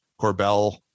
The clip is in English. Corbell